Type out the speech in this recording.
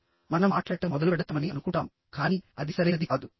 మనం సాధారణంగా మాట్లాడటం మొదలుపెడతామని అనుకుంటాం కానీ అది సరైనది కాదు